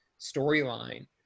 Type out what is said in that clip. storyline